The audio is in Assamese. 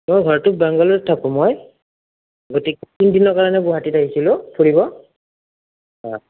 মোৰ ঘৰটো বাংগালুৰত থাকোঁ মই গতিকে তিনিদিনৰ কাৰণে গুৱাহাটীত আহিছিলোঁ ফুৰিব হয়